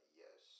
yes